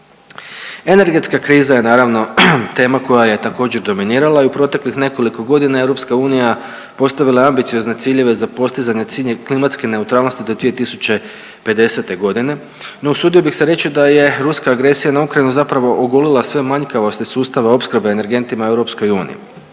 Energetska kriza je naravno tema koja je također dominirala i u proteklih nekoliko godina EU postavila je ambiciozne ciljeve za postizanje klimatske neutralnosti do 2050.g., no usudio bih se reći da je ruska agresija na Ukrajinu zapravo ogolila sve manjkavosti sustava opskrbe energentima u EU.